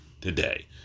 today